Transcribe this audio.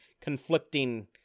conflicting